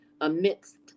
amidst